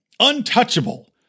untouchable